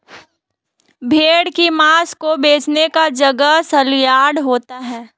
भेड़ की मांस को बेचने का जगह सलयार्ड होता है